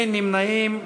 אין נמנעים.